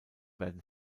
werden